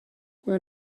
where